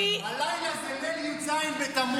הלילה זה ליל י"ז בתמוז.